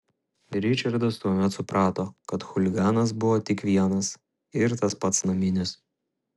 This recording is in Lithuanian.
ričardas tuomet suprato kad chuliganas buvo tik vienas ir tas pats naminis